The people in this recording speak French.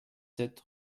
sept